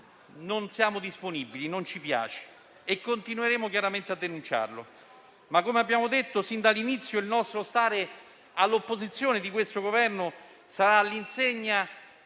non siamo disponibili, non ci piace e continueremo a denunciarlo. Ma, come abbiamo detto fin dall'inizio, il nostro stare all'opposizione di questo Governo sarà all'insegna